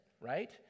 right